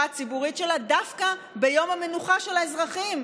הציבורית שלה דווקא ביום המנוחה של האזרחים.